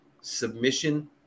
submission